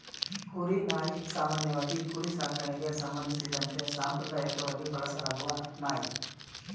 ಕುರಿ ನಾಯಿ ಸಾಮಾನ್ಯವಾಗಿ ಕುರಿ ಸಾಕಣೆಗೆ ಸಂಬಂಧಿಸಿದಂತೆ ಸಾಂಪ್ರದಾಯಕವಾಗಿ ಬಳಸಲಾಗುವ ನಾಯಿ